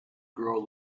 grow